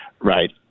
Right